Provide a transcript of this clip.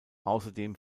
außerdem